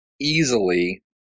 easily